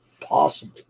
possible